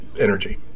energy